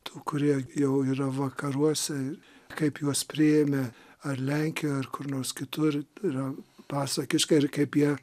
tų kurie jau yra vakaruose ir kaip juos priėmė ar lenkijoj ar kur nors kitur yra pasakiška ir kaip jie